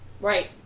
Right